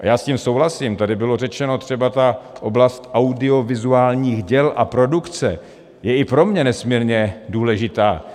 Já s tím souhlasím, tady byla řečena třeba ta oblast audiovizuálních děl a produkce, je i pro mě nesmírně důležitá.